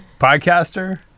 podcaster